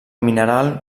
mineral